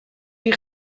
die